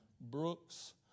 Brooks